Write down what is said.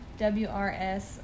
WRS